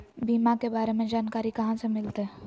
बीमा के बारे में जानकारी कहा से मिलते?